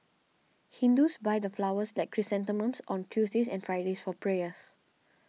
Hindus buy the flowers like chrysanthemums on Tuesdays and Fridays for prayers